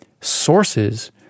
sources